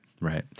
Right